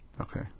Okay